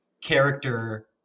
character